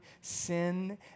sin